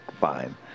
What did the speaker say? fine